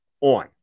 On